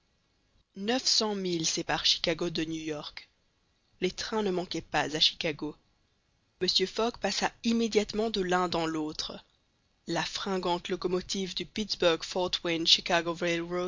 milles séparent chicago de new york les trains ne manquaient pas à chicago mr fogg passa immédiatement de l'un dans l'autre la fringante locomotive du